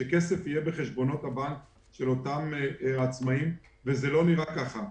שכסף יהיה בחשבונות הבנק של אותם עצמאים אבל זה לא נראה ככה.